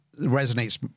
resonates